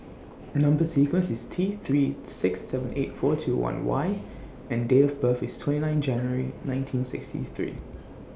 Number sequence IS T three six seven eight four two one Y and Date of birth IS twenty nine January nineteen sixty three